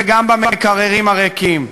וגם במקררים הריקים.